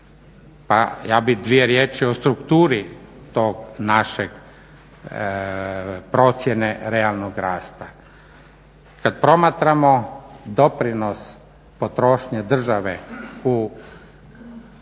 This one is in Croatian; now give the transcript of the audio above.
Pa ja bi dvije riječi o strukturi tog našeg procjene realnog rasta. Kad promatramo doprinos potrošnje države u